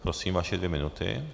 Prosím, vaše dvě minuty.